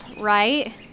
right